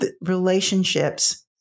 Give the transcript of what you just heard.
relationships